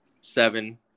seven